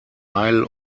isle